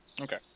Okay